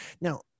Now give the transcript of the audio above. Now